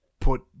put